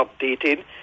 updated